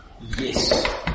yes